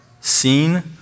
seen